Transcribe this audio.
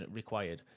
required